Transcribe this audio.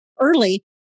early